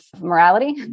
morality